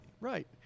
Right